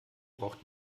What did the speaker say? braucht